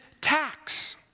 tax